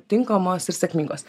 tinkamos ir sėkmingos